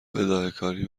بداههکاری